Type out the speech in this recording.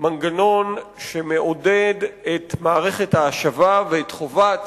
מנגנון שמעודד את מערכת ההשבה ואת חובת